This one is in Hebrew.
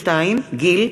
32) (גיל),